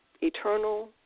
eternal